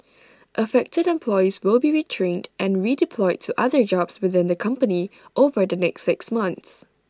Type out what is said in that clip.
affected employees will be retrained and redeployed to other jobs within the company over the next six months